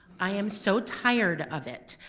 i am so tired of it,